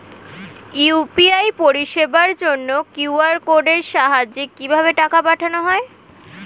UPI পরিষেবার জন্য QR কোডের সাহায্যে কিভাবে টাকা পাঠানো হয়?